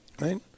Right